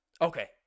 Okay